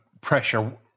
pressure